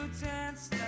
dance